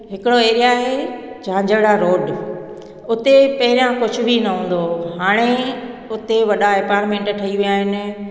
हिकिड़ो एरिया आहे झांजड़ा रोड हुते पहिरियों कुझ बि न हूंदो हुओ हाणे हुते वॾा एपारमैंट ठही विया आहिनि